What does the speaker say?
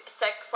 sex